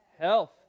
Health